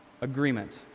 agreement